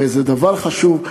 וזה דבר חשוב.